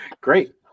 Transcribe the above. great